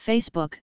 Facebook